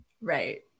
Right